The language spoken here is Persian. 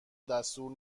دستور